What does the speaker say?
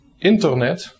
internet